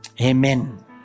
Amen